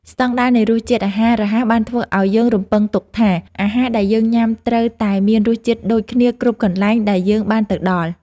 ស្តង់ដារនៃរសជាតិអាហាររហ័សបានធ្វើឲ្យយើងរំពឹងទុកថាអាហារដែលយើងញ៉ាំត្រូវតែមានរសជាតិដូចគ្នាគ្រប់កន្លែងដែលយើងបានទៅដល់។